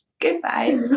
goodbye